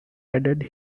added